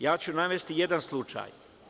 Ja ću navesti jedan slučaj.